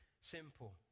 simple